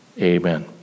Amen